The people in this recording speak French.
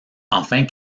enfin